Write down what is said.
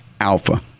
alpha